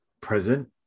present